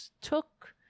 took